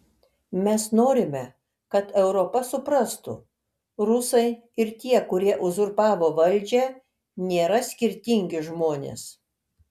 mes norime kad europa suprastų rusai ir tie kurie uzurpavo valdžią nėra skirtingi žmonės